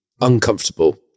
uncomfortable